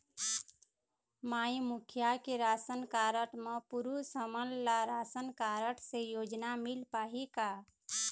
माई मुखिया के ration card म पुरुष हमन ला राशन कारड से योजना मिल पाही का?